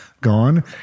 gone